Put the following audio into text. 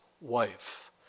wife